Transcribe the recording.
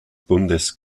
bundes